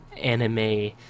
anime